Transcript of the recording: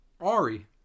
Ari